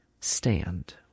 stand